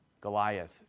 Goliath